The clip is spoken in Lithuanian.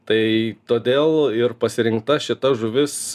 tai todėl ir pasirinkta šita žuvis